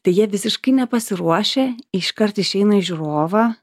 tai jie visiškai nepasiruošę iškart išeina į žiūrovą